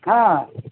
ହଁ